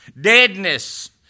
deadness